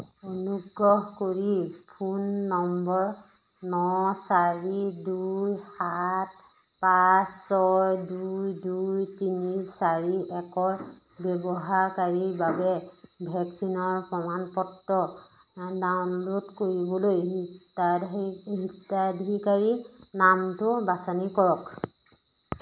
অনুগ্ৰহ কৰি ফোন নম্বৰ ন চাৰি দুই সাত পাঁচ ছয় দুই দুই তিনি চাৰি একৰ ব্যৱহাৰকাৰীৰ বাবে ভেকচিনৰ প্ৰমাণপত্ৰ ডাউনলোড কৰিবলৈ হিতাধিকাৰীৰ নামটো বাছনি কৰক